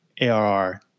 ARR